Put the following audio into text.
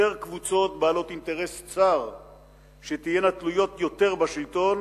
קבוצות בעלות אינטרס צר שתהיינה תלויות יותר בשלטון,